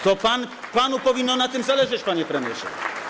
To panu powinno na tym zależeć, panie premierze.